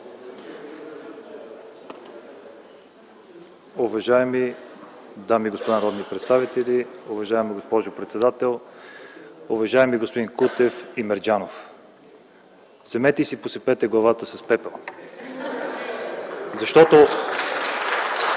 Уважаеми дами и господа народни представители, уважаема госпожо председател! Уважаеми господа Кутев и Мерджанов, вземете и си посипете главата с пепел!